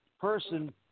person